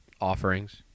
offerings